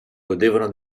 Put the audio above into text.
godevano